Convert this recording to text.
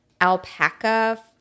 alpaca